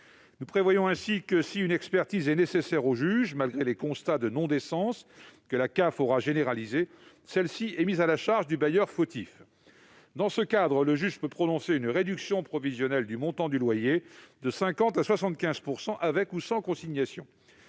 juge avait besoin d'une expertise, malgré les constats de non-décence que la CAF aura généralisés, celle-ci doit être mise à la charge du bailleur fautif. Dans ce cadre, le juge peut prononcer une réduction provisionnelle du montant du loyer de 50 % à 75 %, avec ou sans consignation.